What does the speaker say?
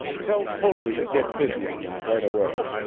tell coadley to get busy on that right away.